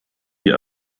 die